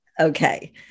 Okay